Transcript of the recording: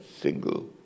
single